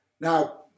Now